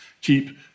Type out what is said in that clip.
keep